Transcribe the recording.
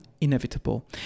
inevitable